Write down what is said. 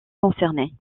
concernés